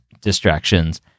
distractions